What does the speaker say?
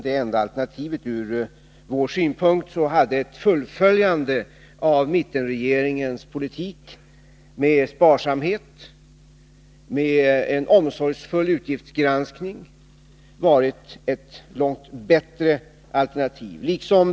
Från vår synpunkt hade vårt alternativ, att fullfölja mittenregeringens politik som gick ut på sparsamhet och omsorgsfull utgiftsgranskning, varit ett långt bättre alternativ.